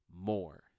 more